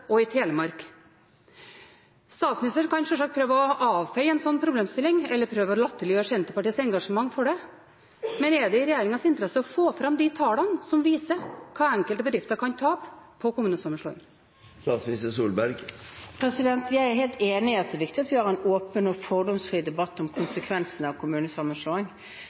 Telemark. Statsministeren kan sjølsagt prøve å avfeie en slik problemstilling, eller prøve å latterliggjøre Senterpartiets engasjement for det, men er det i regjeringens interesse å få fram de tallene som viser hva enkelte bedrifter kan tape på kommunesammenslåing? Jeg er helt enig i at det er viktig at vi har en åpen og fordomsfri debatt om konsekvensene av en kommunesammenslåing.